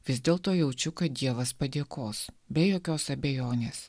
vis dėlto jaučiu kad dievas padėkos be jokios abejonės